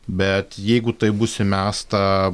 bet jeigu tai bus įmesta